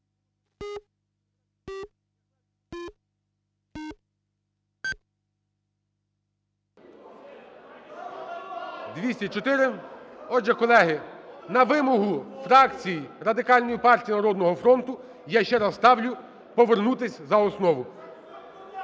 залі) Отже, колеги, на вимогу фракцій – Радикальної партії і "Народного фронту" – я ще раз ставлю: повернутись за основу.